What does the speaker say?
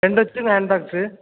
ரெண்டு வச்சுருங்க iron box